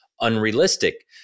unrealistic